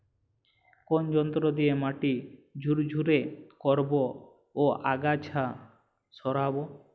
কোন যন্ত্র দিয়ে মাটি ঝুরঝুরে করব ও আগাছা সরাবো?